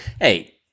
hey